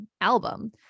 album